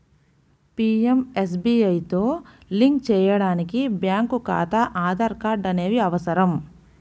పీయంఎస్బీఐతో లింక్ చేయడానికి బ్యేంకు ఖాతా, ఆధార్ కార్డ్ అనేవి అవసరం